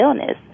illness